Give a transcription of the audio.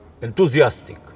enthusiastic